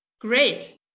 Great